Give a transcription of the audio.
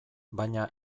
baina